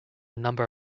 number